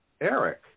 Eric